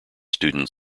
student